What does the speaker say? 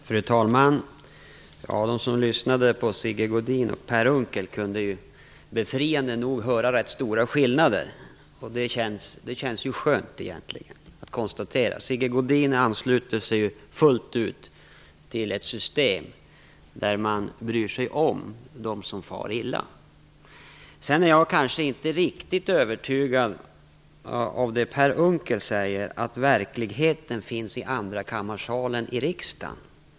Fru talman! De som lyssnade på Sigge Godin och Per Unckel kunde befriande nog höra ganska stora skillnader. Det känns skönt att konstatera. Sigge Godin ansluter sig ju fullt ut till ett system där man bryr sig om dem som far illa. Jag är kanske inte riktigt övertygad om att det som Per Unckel säger är riktigt, nämligen att verkligheten finns i andrakammarsalen i riksdagen.